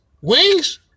Wings